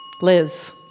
Liz